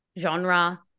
genre